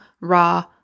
raw